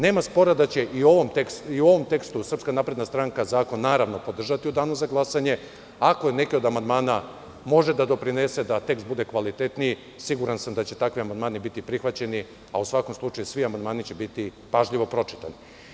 Nema spora da će i u ovom tekstu SNS zakon naravno podržati u danu za glasanje, ako neki od amandmana može da doprinese da tekst bude kvalitetniji siguran sam da će takvi amandmani biti prihvaćeni, a u svakom slučaju svi amandmani će biti pažljivo pročitani.